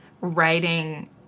writing